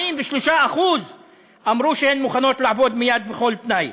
43% אמרו שהן מוכנות לעבוד מייד, בכל תנאי.